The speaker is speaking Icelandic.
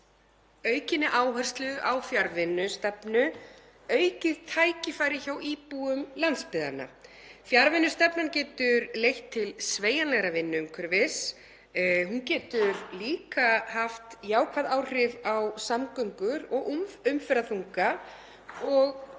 aukinni áherslu á fjarvinnustefnu aukið tækifæri hjá íbúum landsbyggðarinnar. Fjarvinnustefnan getur leitt til sveigjanlegra vinnuumhverfis. Hún getur líka haft jákvæð áhrif á samgöngur og umferðarþunga og